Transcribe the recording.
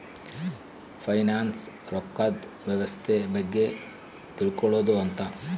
finance ರೊಕ್ಕದ್ ವ್ಯವಸ್ತೆ ಬಗ್ಗೆ ತಿಳ್ಕೊಳೋದು ಅಂತ